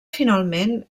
finalment